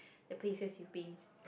the places you've been